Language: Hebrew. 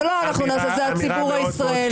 זה לא אנחנו נעשה, זה הציבור הישראלי.